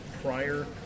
prior